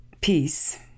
peace